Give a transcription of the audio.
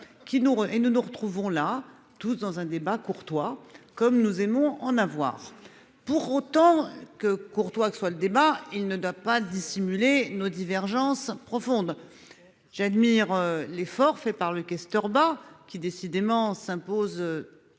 et nous nous retrouvons là tous dans un débat courtois comme nous aimons en avoir pour autant que courtois que soit le débat il ne doit pas dissimuler nos divergences profondes. J'admire l'effort fait par le questeur bah qui décidément s'impose.